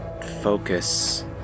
focus